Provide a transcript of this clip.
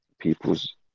People's